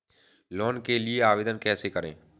Loan के लिए आवेदन कैसे करें?